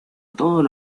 todos